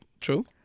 true